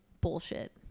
bullshit